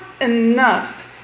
enough